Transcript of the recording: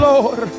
Lord